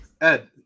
Ed